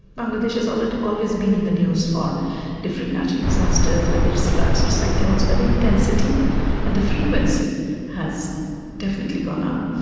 bangladesh has always always been in the news for different natural disasters, whether it's floods or cyclones. but the intensity and the frequency has definitely gone up.